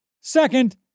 Second